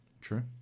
true